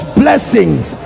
blessings